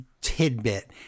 tidbit